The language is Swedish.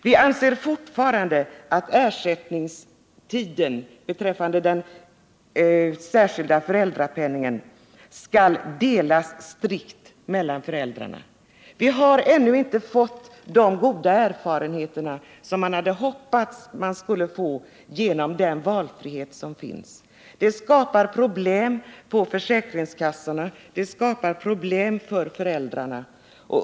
Vi anser fortfarande att ersättningstiden när det gäller den särskilda föräldrapenningen skall delas strikt mellan föräldrarna. Ännu har vi inte fått de goda erfarenheter som vi på grund av den valfrihet som finns hade hoppats få. Det skapas problem vid försäkringskassorna och för föräldrarna.